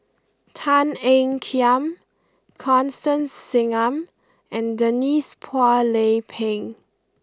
Tan Ean Kiam Constance Singam and Denise Phua Lay Peng